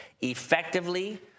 effectively